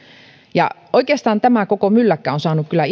ja oikeastaan tämä koko mylläkkä on saanut kyllä